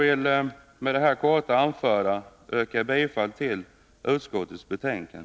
Med vad jag här kort har anfört vill jag yrka bifall till utskottets hemställan.